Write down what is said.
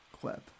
clip